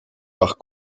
par